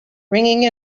ringing